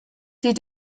die